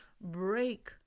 break